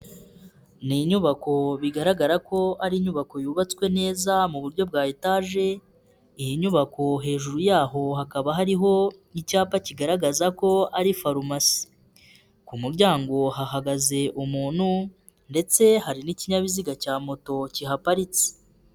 Ni inyubako bigaragara ko ari inyubako yubatswe neza mu buryo bwa etage, iyi nyubako hejuru yaho hakaba hariho icyapa kigaragaza ko ari farumasi, ku muryango hahagaze umuntu ndetse hari n'ikinyabiziga cya moto kihaparitse.